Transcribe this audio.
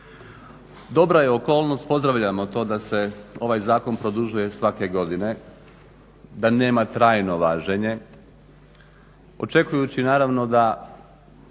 Dobra je okolnost pozdravljamo to da se ovaj zakon produžuje svake godine, da nema trajno važenje, očekujući naravno da